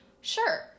sure